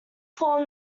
formed